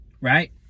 Right